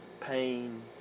pain